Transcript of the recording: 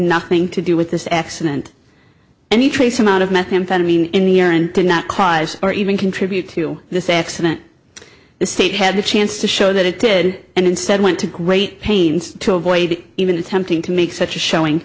nothing to do with this accident any trace amount of methamphetamine in the urine did not cause or even contribute to this accident the state had a chance to show that it did and instead went to great pains to avoid even attempting to make such a showing